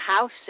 house